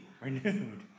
renewed